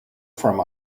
from